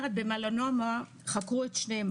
במלנומה חקרו את שניהם.